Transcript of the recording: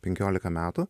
penkiolika metų